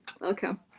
Welcome